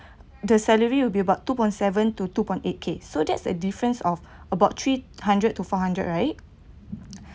the salary will be about two point seven to two point eight K so that's a difference of about three hundred to five hundred right